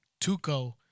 Tuco